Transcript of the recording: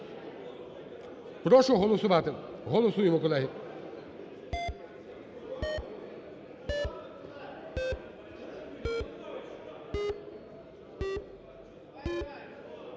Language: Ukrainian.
Прошу голосувати. Голосуємо, колеги.